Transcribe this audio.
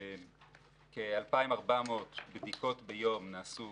כ-2,400 בדיקות ביום נעשו